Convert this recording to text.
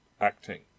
acting